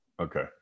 okay